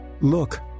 Look